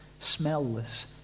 smellless